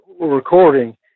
recording